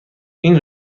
این